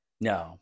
No